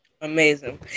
Amazing